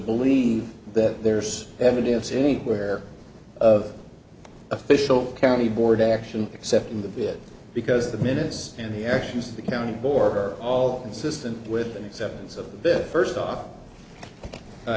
believe that there's evidence anywhere of official county board action except in the bit because the minutes and the actions of the county board are all insistent with an acceptance of the bit first off i